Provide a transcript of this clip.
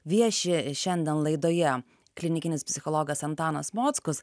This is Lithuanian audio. vieši šiandien laidoje klinikinis psichologas antanas mockus